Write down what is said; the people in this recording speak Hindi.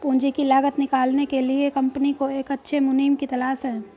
पूंजी की लागत निकालने के लिए कंपनी को एक अच्छे मुनीम की तलाश है